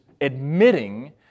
admitting